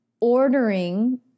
ordering